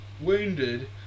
wounded